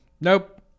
nope